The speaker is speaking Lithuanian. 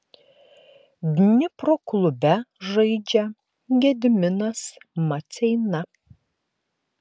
dnipro klube žaidžia gediminas maceina